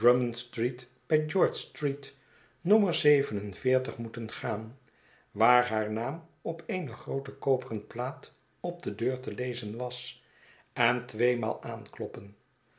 nommer moeten gaan waar haar naam op eene groote koperen plaat op de deur te lezen was en tweemaal aankloppen